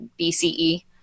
BCE